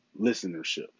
listenership